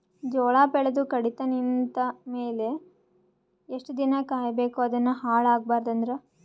ಜೋಳ ಬೆಳೆದು ಕಡಿತ ನಿಂತ ಮೇಲೆ ಎಷ್ಟು ದಿನ ಕಾಯಿ ಬೇಕು ಅದನ್ನು ಹಾಳು ಆಗಬಾರದು ಅಂದ್ರ?